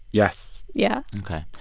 yes yeah ok.